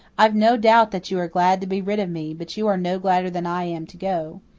i've no doubt that you are glad to be rid of me, but you are no gladder than i am to go.